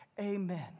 Amen